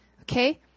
Okay